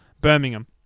Birmingham